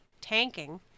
tanking